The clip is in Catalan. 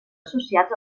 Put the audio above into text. associats